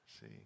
See